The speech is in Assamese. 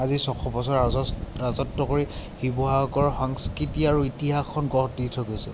আজি ছয়শ বছৰ ৰাজচ ৰাজত্ব কৰি শিৱসাগৰ সাংস্কৃতি আৰু ইতিহাসখন গঢ় দি থৈ গৈছে